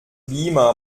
beamer